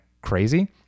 crazy